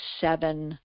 seven